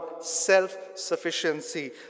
self-sufficiency